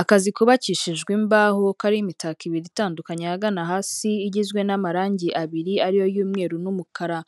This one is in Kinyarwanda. Akazi kubabakishijwe imbaho karimo imitako ibiri itandukanye, ahagana hasi igizwe n'amarangi abiri ariyo y'umweru n'umukara